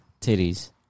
titties